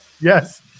Yes